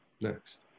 Next